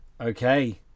okay